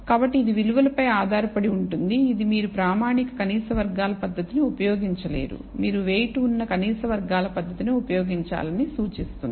కాబట్టి ఇది విలువపై ఆధారపడి ఉంటుంది ఇది మీరు ప్రామాణిక కనీస వర్గాలపద్ధతిని ఉపయోగించలేరు మీరు వెయిట్ ఉన్న కనీస వర్గాల పద్ధతిని ఉపయోగించాలని సూచిస్తుంది